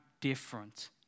different